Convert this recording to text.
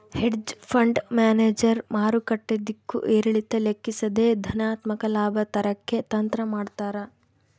hedge fund manager ಮಾರುಕಟ್ಟೆ ದಿಕ್ಕು ಏರಿಳಿತ ಲೆಕ್ಕಿಸದೆ ಧನಾತ್ಮಕ ಲಾಭ ತರಕ್ಕೆ ತಂತ್ರ ಮಾಡ್ತಾರ